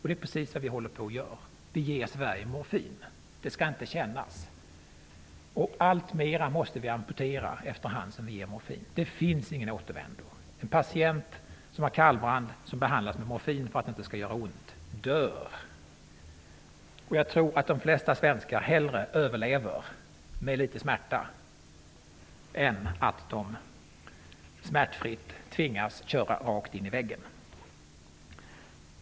Det är precis vad vi håller på att göra. Vi ger morfin -- det skall inte kännas! Allt mera måste vi amputera efter hand som vi ger morfin. Det finns ingen återvändo. En patient som har kallbrand, och som behandlas med morfin för att det inte skall göra ont, dör. Jag tror att de flesta svenskar hellre överlever med litet smärta än att de smärtfritt tvingas köra rakt in i väggen.